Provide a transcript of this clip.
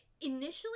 initially